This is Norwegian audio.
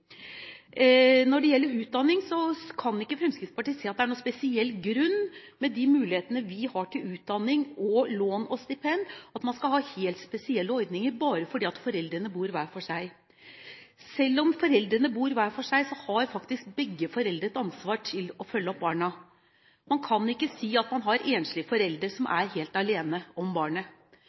Når det gjelder utdanning, kan ikke Fremskrittspartiet se at det er noen grunn til – med de mulighetene vi har til utdanning og lån og stipend – at man skal ha helt spesielle ordninger bare fordi foreldrene bor hver for seg. Selv om foreldrene bor hver for seg, har begge foreldre et ansvar for å følge opp barna. Man kan ikke si at man har enslige foreldre som er helt alene om barnet.